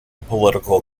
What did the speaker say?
political